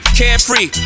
carefree